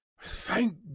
thank